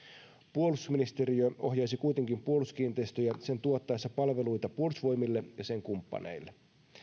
puolustusministeriö ohjaisi kuitenkin puolustuskiinteistöjä sen tuottaessa palveluita puolustusvoimille ja sen kumppaneille